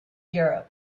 europe